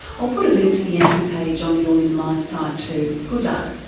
i'll put a link to the entry page on the all in the mind site too good luck.